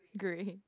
grey